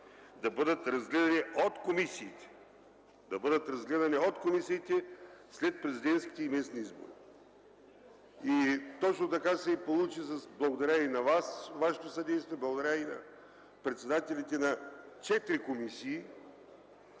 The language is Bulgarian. за българския език, а те са два, да бъдат разгледани от комисиите след президентските и местните избори. Точно така се получи. Благодаря на Вас за Вашето съдействие, благодаря и на председателите на четирите комисии,